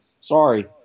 Sorry